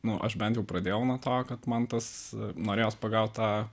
nu aš bent jau pradėjau nuo to kad an tas norėjos pagaut tą